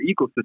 ecosystem